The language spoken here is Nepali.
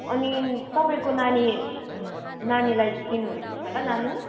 अनि तपाईँको नानी नानीलाई दिनुहुन्छ होला लानु